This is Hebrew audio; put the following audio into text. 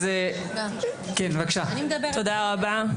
תודה רבה,